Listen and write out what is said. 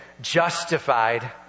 justified